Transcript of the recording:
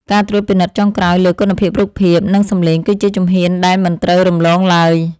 ការត្រួតពិនិត្យចុងក្រោយលើគុណភាពរូបភាព និង សម្លេងគឺជាជំហានដែលមិនត្រូវរំលងឡើយ។